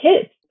Kids